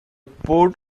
port